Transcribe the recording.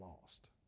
lost